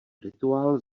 rituál